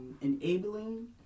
enabling